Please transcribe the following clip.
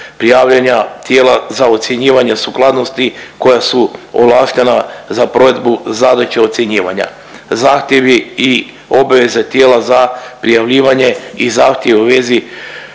prijavljenja tijela za ocjenjivanje sukladnosti koje su ovlaštena za provedbu zadaće ocjenjivanja, zahtjevi i obveze tijela za prijavljivanje i zahtjevi u vezi